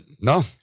no